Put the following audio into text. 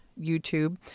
YouTube